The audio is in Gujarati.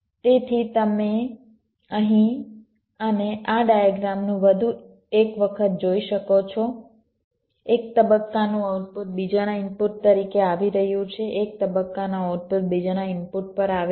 તેથી જેમ તમે અહીં અને આ ડાયગ્રામ વધુ એક વખત જોઈ શકો છો એક તબક્કાનું આઉટપુટ બીજાના ઇનપુટ તરીકે આવી રહ્યું છે એક તબક્કાનું આઉટપુટ બીજાના ઇનપુટ પર આવે છે